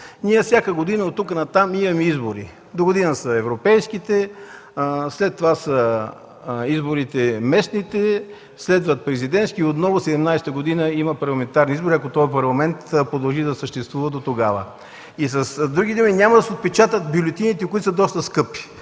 Ние всяка година от тук натам имаме избори. Догодина са европейските, след това са местните, следват президентските и отново през 2017 г. има парламентарни избори, ако този Парламент продължи да съществува дотогава. С други думи, няма да се отпечатват бюлетините, които са доста скъпи.